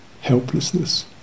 helplessness